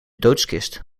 doodskist